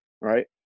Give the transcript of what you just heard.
Right